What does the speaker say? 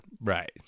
right